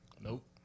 Nope